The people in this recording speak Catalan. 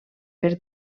per